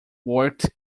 worked